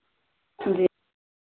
जी